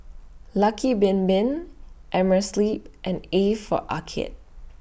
Lucky Bin Bin Amerisleep and A For Arcade